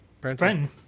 Brenton